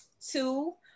two